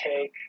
take